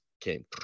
came